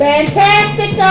Fantastic